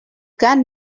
can